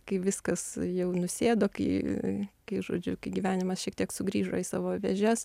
kai viskas jau nusėdo kai kai žodžiu kai gyvenimas šiek tiek sugrįžo į savo vėžes